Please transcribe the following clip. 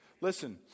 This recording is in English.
Listen